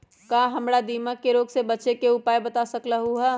का तू हमरा दीमक के रोग से बचे के उपाय बता सकलु ह?